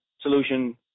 solution